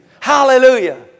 Hallelujah